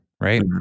right